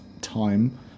time